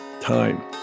time